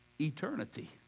eternity